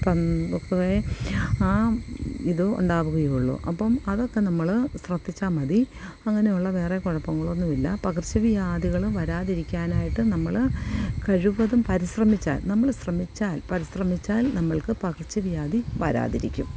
പങ്കെ പൊതുവേ ആ ഇത് ഉണ്ടാകുകയുള്ളു അപ്പം അതൊക്കെ നമ്മൾ ശ്രദ്ധിച്ചാൽ മതി അങ്ങനെയുള്ള വേറെ കുഴപ്പങ്ങളൊന്നും ഇല്ല പകർച്ച വ്യാധികൾ വരാതിരിക്കാനായിട്ട് നമ്മൾ കഴിവതും പരിശ്രമിച്ചാൽ നമ്മൾ ശ്രമിച്ചാൽ പരിശ്രമിച്ചാൽ നമ്മൾക്ക് പകർച്ച വ്യാധി വരാതിരിക്കും